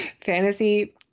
fantasy